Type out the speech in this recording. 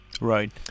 right